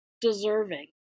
deserving